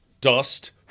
Dust